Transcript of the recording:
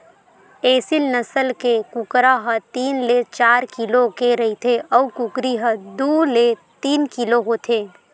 एसील नसल के कुकरा ह तीन ले चार किलो के रहिथे अउ कुकरी ह दू ले तीन किलो होथे